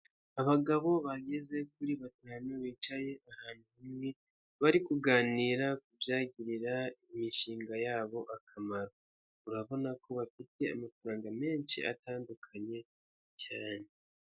Abagabo bageze kuri batanu, bicaye ahantu hamwe, bari kuganira kubyagirira imishinga yabo akamaro urabona ko bafite amafaranga menshi atandukanye cyane.